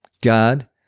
God